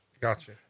Gotcha